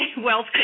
Wealth